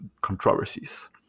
controversies